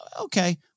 Okay